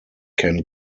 can